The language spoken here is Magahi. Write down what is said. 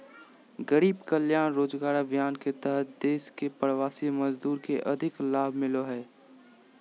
गरीब कल्याण रोजगार अभियान के तहत देश के प्रवासी मजदूर के अधिक लाभ मिलो हय